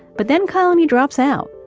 but then colony drops out,